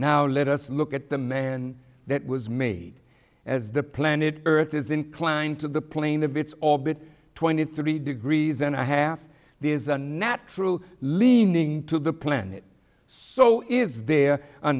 now let us look at the man that was made as the planet earth is inclined to the plane of its all bit twenty three degrees and a half there is a natural leaning to the planet so is there a